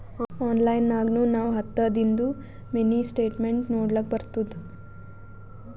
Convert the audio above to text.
online ನಾಗ್ನು ನಾವ್ ಹತ್ತದಿಂದು ಮಿನಿ ಸ್ಟೇಟ್ಮೆಂಟ್ ನೋಡ್ಲಕ್ ಬರ್ತುದ